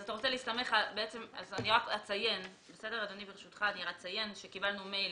אז אני רק אציין שקיבלנו מייל